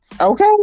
Okay